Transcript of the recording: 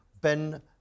Ben